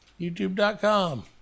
YouTube.com